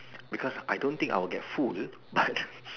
because I don't think I will get food but